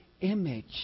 image